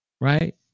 Right